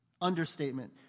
Understatement